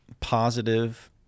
positive